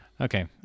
Okay